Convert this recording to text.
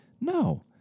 no